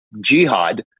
jihad